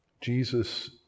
Jesus